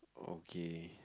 okay